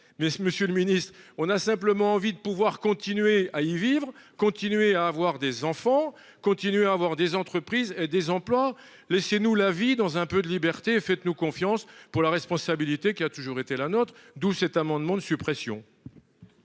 Monsieur le Ministre on a simplement envie de pouvoir continuer à y vivre, continuer à avoir des enfants continuer à avoir des entreprises, des emplois, laissez-nous la vie dans un peu de liberté et faites-nous confiance pour la responsabilité qui a toujours été la nôtre. D'où cet amendement de suppression.